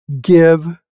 give